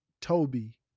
Toby